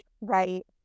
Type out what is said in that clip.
right